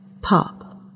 pop